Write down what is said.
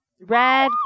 Red